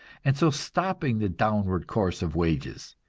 and so stopping the downward course of wages.